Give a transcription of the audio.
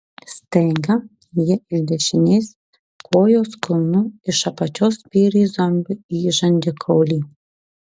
staiga ji dešinės kojos kulnu iš apačios spyrė zombiui į žandikaulį